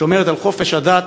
שומרת על חופש הדת,